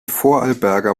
vorarlberger